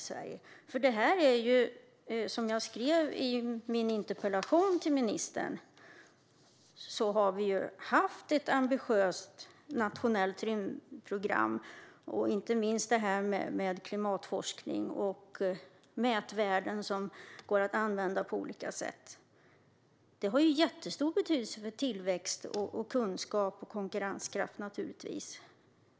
Som jag skrev i min interpellation till ministern har Sverige haft ett ambitiöst nationellt rymdprogram. Det gäller inte minst klimatforskning och mätvärden som går att använda på olika sätt, och det har naturligtvis jättestor betydelse för tillväxt, kunskap och konkurrenskraft.